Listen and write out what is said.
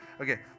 Okay